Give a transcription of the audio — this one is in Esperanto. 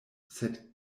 sed